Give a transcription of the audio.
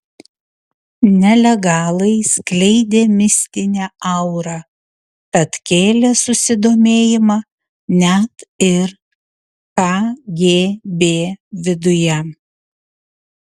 nelegalai skleidė mistinę aurą tad kėlė susidomėjimą net ir kgb viduje